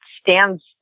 stands